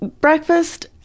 Breakfast